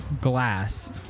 Glass